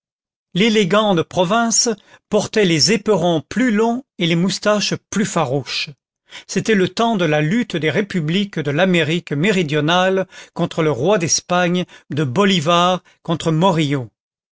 l'élégant de province portait les éperons plus longs et les moustaches plus farouches c'était le temps de la lutte des républiques de l'amérique méridionale contre le roi d'espagne de bolivar contre morillo